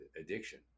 addiction